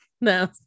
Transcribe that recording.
no